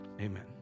amen